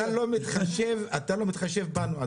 אתה לא מתחשב בנו...